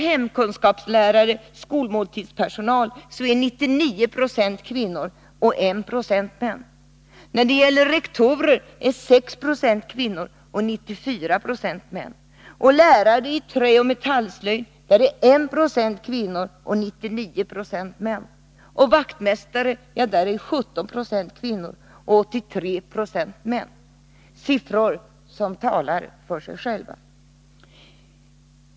Beträffande skolpersonalen, dvs. de vuxna kvinnor och män som möter eleverna i skolan och som är elevernas förebilder, förhåller det sig på följande sätt: Dessa siffror talar för sig själva.